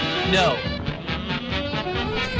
No